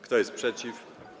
Kto jest przeciw?